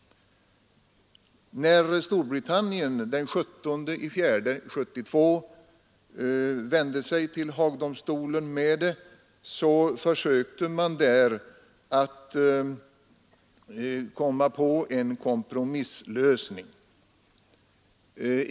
När Storbritannien den 17 april 1972 vände sig till Haagdomstolen i ärendet försökte man där nå en kompromisslösning.